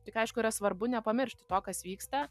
tik aišku yra svarbu nepamiršti to kas vyksta